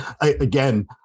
again